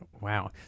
Wow